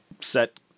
set